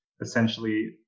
essentially